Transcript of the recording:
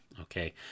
Okay